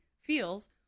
feels